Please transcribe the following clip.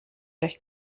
durch